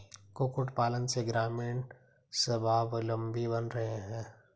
कुक्कुट पालन से ग्रामीण स्वाबलम्बी बन रहे हैं